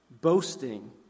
boasting